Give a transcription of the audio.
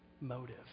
motive